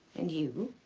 and you.